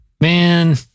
Man